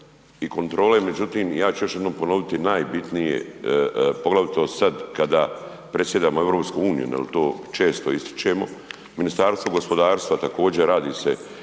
i kontrole, međutim ja ću još jednom ponoviti najbitnije poglavito sad kada predsjedamo EU jer to često ističemo, Ministarstvo gospodarstva također radi se